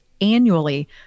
annually